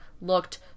looked